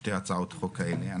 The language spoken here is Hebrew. שתי הצעות החוק האלה.